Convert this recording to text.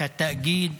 את התאגיד,